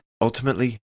Ultimately